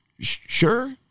Sure